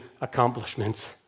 accomplishments